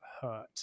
hurt